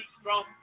strong